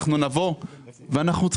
אנחנו צריכים לממן (היו"ר משה גפני,